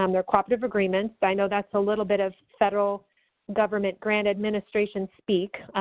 um they're cooperative agreements. but i know that's a little bit of federal government grant administration speak,